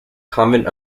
convent